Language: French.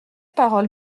parole